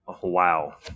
Wow